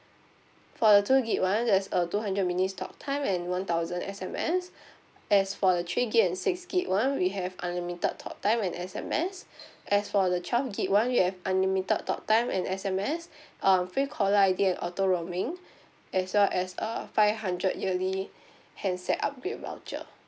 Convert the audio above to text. for the two gig one there's a two hundred minutes talk time and one thousand S_M_S as for the three gig and six gig one we have unlimited talk time and S_M_S as for the twelve gig one we have unlimited talk time and S_M_S um free caller I_D and auto roaming as well as a five hundred yearly handset upgrade voucher